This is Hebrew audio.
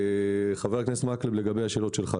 חבר הכנסת מקלב, לגבי השאלות שלך.